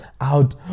out